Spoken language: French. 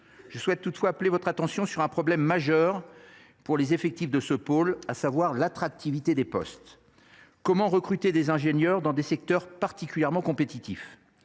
Je souhaite toutefois appeler votre attention sur un problème majeur pour les effectifs de ce pôle, à savoir l’attractivité des postes. Comment recruter des ingénieurs dans des secteurs particulièrement compétitifs ?